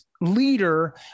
leader